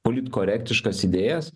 politkorektiškas idėjas